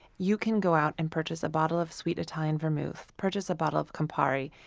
you can go out and purchase a bottle of sweet italian vermouth, purchase a bottle of campari,